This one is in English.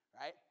Right